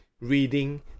reading